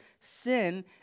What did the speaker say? sin